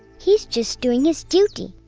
he's just doing his duty,